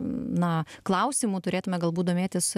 na klausimu turėtume galbūt domėtis